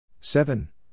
Seven